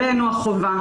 עלינו החובה,